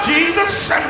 Jesus